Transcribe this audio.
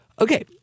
Okay